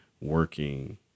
working